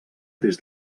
des